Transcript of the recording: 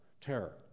terror